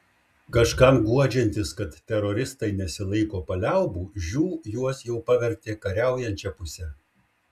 kažkam guodžiantis kad teroristai nesilaiko paliaubų žiū juos jau pavertė kariaujančia puse